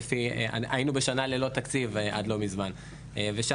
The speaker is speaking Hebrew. היינו בשנה ללא תקציב עד לא מזמן ושם